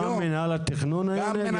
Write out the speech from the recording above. גם מינהל התכנון היו נגד?